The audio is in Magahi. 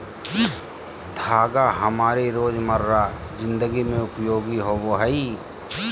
धागा हमारी रोजमर्रा जिंदगी में उपयोगी होबो हइ